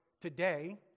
today